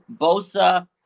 Bosa